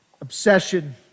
obsession